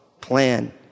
plan